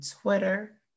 Twitter